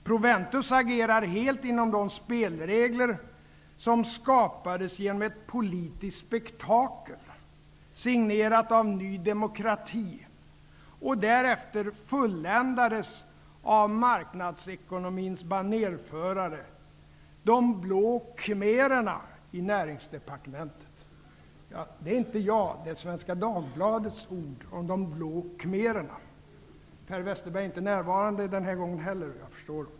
Proventus agerar helt inom de spelregler som skapades genom ett politiskt spektakel signerat av ny demokrati och därefter fulländades av marknadsekonomins banerförare, de ''Blå Khmererna' i näringsdepartementet. Ja, det är inte jag som säger det. Det är Svenska Dagbladets ord om de ''Blå Khmererna''. Per Westerberg är inte närvarande den här gången heller -- jag förstår.